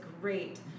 great